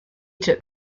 took